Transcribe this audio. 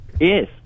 Yes